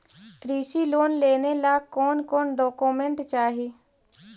कृषि लोन लेने ला कोन कोन डोकोमेंट चाही?